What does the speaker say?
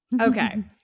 Okay